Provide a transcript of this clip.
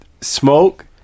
smoke